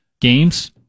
games